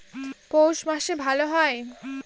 পৌষ মাসে ভালো হয়?